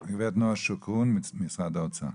בבקשה, גברת נועה שוקרון ממשרד האוצר.